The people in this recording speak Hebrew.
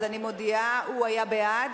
אז אני מודיעה, הוא היה בעד.